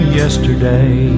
yesterday